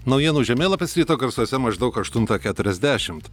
naujienų žemėlapis ryto garsuose maždaug aštuntą keturiasdešimt